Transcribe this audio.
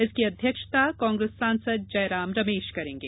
इसकी अध्यक्षता कांग्रेस सांसद जयराम रमेश करेंगे